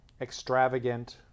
extravagant